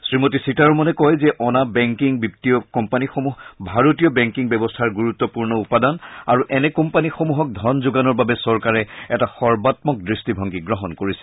শ্ৰীমতী সীতাৰমনে কয় যে অনা বেংকিং বিত্তীয় কোম্পানীসমূহ ভাৰতীয় বেংকিং ব্যৱস্থাৰ গুৰুত্বপূৰ্ণ উপাদান আৰু এনে কোম্পানীসমূহক ধন যোগানৰ বাবে চৰকাৰে এটা সৰ্বাম্মক দৃষ্টিভংগী গ্ৰহণ কৰিছে